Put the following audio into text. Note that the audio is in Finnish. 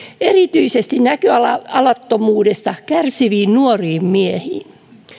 erityisesti näköalattomuudesta kärsiviin nuoriin miehiin